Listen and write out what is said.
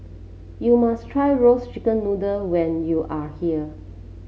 you must try Roasted Chicken Noodle when you are here